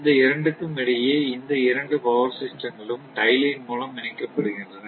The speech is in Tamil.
இந்த இரண்டுக்கும் இடையே இந்த இரண்டு பவர் சிஸ்டங்களும் டை லைன் மூலம் இணைக்கப்பட்டுள்ளன